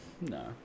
No